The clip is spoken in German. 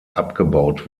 abgebaut